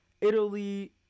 Italy